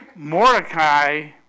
Mordecai